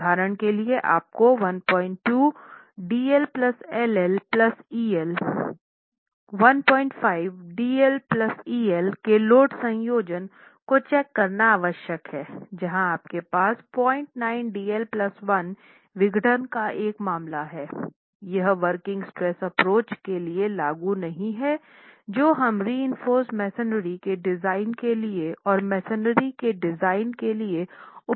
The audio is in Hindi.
उदाहरण के लिए आपको 12DLLL±EL15DL±EL के लोड संयोजनों को चेक करना आवश्यक है जहां आपके पास 09DL ± 1 विघटन का एक मामला है यह वर्किंग स्ट्रेस एप्रोच के लिए लागू नहीं है जो हम रिइनफ़ोर्स मेसनरी के डिज़ाइन के लिए और मेसनरी के डिज़ाइन के लिए उपयोग करते हैं